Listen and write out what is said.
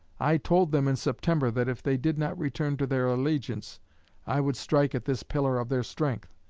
i told them in september that if they did not return to their allegiance i would strike at this pillar of their strength.